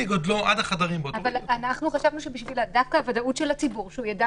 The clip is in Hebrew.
אבל אנחנו חשבנו שדווקא בשביל הוודאות של הציבור כדאי שהוא ידע